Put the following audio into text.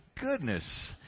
goodness